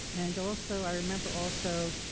and also, i remember also,